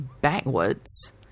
backwards